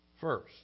first